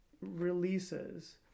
releases